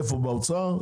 באוצר?